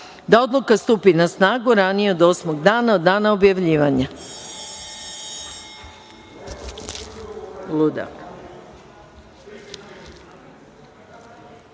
da odluka stupi na snagu ranije od osmog dana od dana objavljivanja. Zaključujem